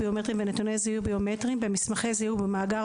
ביומטריים ונתוני זיהוי ביומטריים במסמכי זיהוי ובמאגר